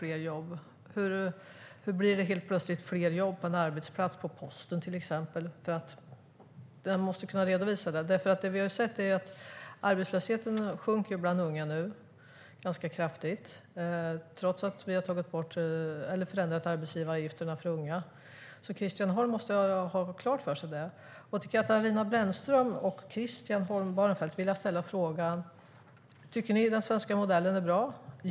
Hur blir det helt plötsligt fler jobb på en arbetsplats, till exempel på Posten, på grund av det? Christian Holm Barenfeld måste kunna redovisa det. Det vi har sett är att arbetslösheten sjunker ganska kraftigt bland unga nu, trots att vi har förändrat arbetsgivaravgifterna för unga. Christian Holm Barenfeld måste ha det klart för sig. Till Katarina Brännström och Christian Holm Barenfeld vill jag ställa frågan: Tycker ni att den svenska modellen är bra?